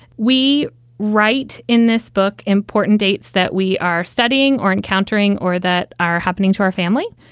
we write in this book important dates that we are studying or encountering or that are happening to our family.